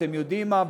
אתם יודעים מה,